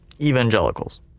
evangelicals